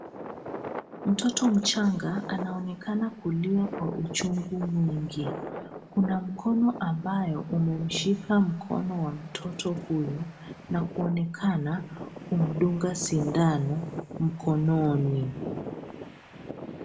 Mtoto mchanga anaonekana kulia kwa uchungu mwingi. Kuna mkono ambayo umemshika mkono wa mtoto huyu na kuonekana kumdunga sindano mkononi.